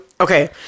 okay